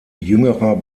jüngerer